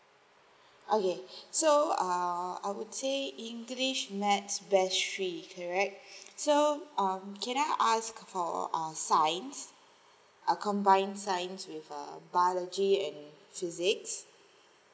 okay so err I would say english maths correct so um can I ask for err science uh combined science with uh biology and physics